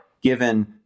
Given